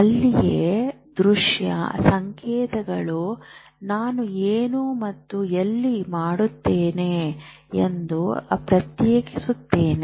ಅಲ್ಲಿಯೇ ದೃಶ್ಯ ಸಂಕೇತಗಳು ನಾವು ಏನು ಮತ್ತು ಎಲ್ಲಿ ನೋಡುತ್ತೇವೆ ಎಂದು ಪ್ರತ್ಯೇಕಿಸುತ್ತವೆ